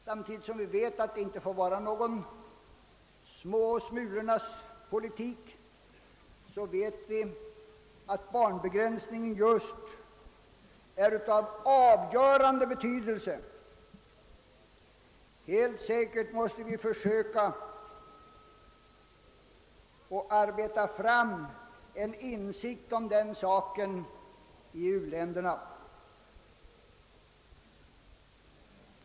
Samtidigt som det inte får vara någon »de små smulornas politik» vet vi att barnbegränsningen är av avgörande betydelse. Helt säkert måste vi försöka att arbeta fram en insikt om (den saken i u-länderna.